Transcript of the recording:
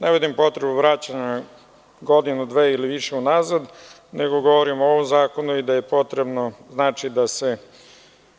Ne vidim potrebu, vraćanju godinu, dve ili više unazad, nego govorim o ovom zakonu i da je potrebno da se